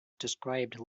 described